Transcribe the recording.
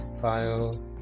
file